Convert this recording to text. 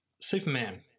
Superman